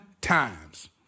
times